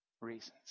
reasons